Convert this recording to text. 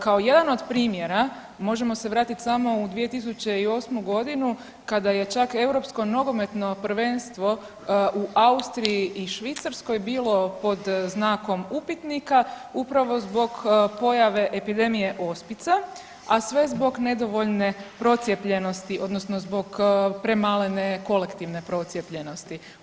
Kao jedan od primjera možemo se vratiti samo u 2008. g. kada je čak Europsko nogometno prvenstvo u Austriji i Švicarskoj bilo pod znakom upitnika upravo zbog pojave epidemije ospica, a sve zbog nedovoljne procijepljenosti, odnosno zbog prema ne, kolektivne procijepljenosti.